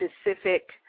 specific